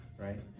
right